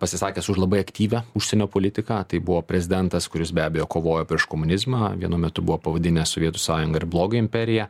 pasisakęs už labai aktyvią užsienio politiką tai buvo prezidentas kuris be abejo kovojo prieš komunizmą vienu metu buvo pavadinęs sovietų sąjunga ir blogio imperija